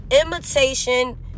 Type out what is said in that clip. Imitation